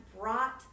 brought